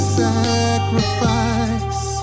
sacrifice